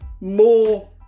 more